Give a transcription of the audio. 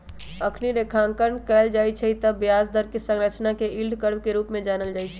जखनी रेखांकन कएल जाइ छइ तऽ ब्याज दर कें संरचना के यील्ड कर्व के रूप में जानल जाइ छइ